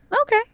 Okay